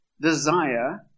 desire